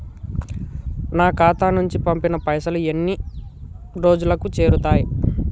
నా ఖాతా నుంచి పంపిన పైసలు ఎన్ని రోజులకు చేరుతయ్?